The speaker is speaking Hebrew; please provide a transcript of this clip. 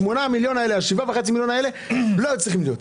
השורה לגבי ה-7.5 מיליון האלה לא הייתה צריכה להיות.